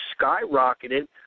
skyrocketed